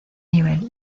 nivel